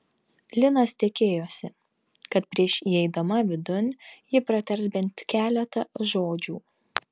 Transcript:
linas tikėjosi kad prieš įeidama vidun ji pratars bent keletą žodžių